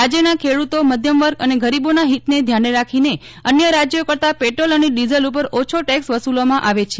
રાજયના ખેડૂતો મધ્યમવર્ગ અને ગરીબોના હિતને ધ્યાને રાખીને અન્ય રાજયો કરતાં પેટ્રોલ અને ડિઝલ ઉપર ઓછો ટેક્સ વસૂલવામાં આવે છે